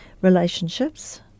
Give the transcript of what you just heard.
relationships